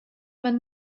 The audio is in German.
man